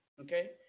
Okay